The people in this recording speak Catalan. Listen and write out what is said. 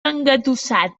engatussat